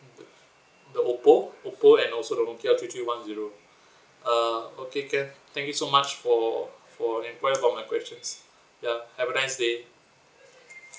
the oppo oppo and also the nokia three three one zero uh okay can thank you so much for for enquire about my questions ya have a nice day